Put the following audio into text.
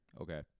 Okay